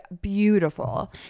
beautiful